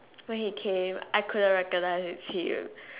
when he came I couldn't recognize him